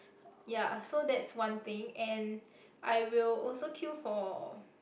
ya so that's one thing and I will also queue for